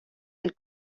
del